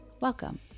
Welcome